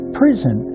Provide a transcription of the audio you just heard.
prison